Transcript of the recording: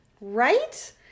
Right